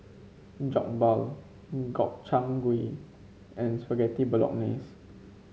Jokbal Gobchang Gui and Spaghetti Bolognese